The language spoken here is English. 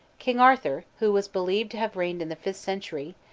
king arthur, who was believed to have reigned in the fifth century,